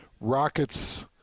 Rockets